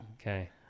okay